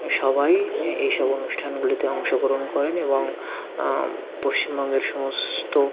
সবাই এ এই সব অনুষ্ঠানগুলিতে অংশগ্রহণ করেন এবং পশ্চিমবঙ্গের সমস্ত